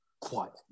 quiet